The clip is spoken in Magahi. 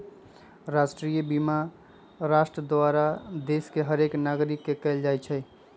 राष्ट्रीय बीमा राष्ट्र द्वारा देश के हरेक नागरिक के कएल जाइ छइ